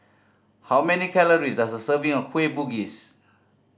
how many calories does a serving of Kueh Bugis